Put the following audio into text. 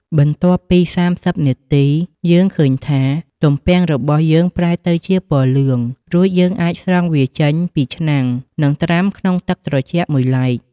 បន្ទាប់ពី៣០នាទី យើងឃើញថា ទំពាំងរបស់យើងប្រែទៅជាពណ៌លឿង រួចយើងអាចស្រង់វាចេញពីឆ្នាំង និងត្រាំក្នុងទឹកត្រជាក់មួយឡែក។